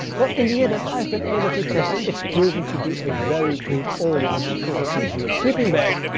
well, in the year that i've been able to test it, its proven to be a very good, all round, four season sleeping bag.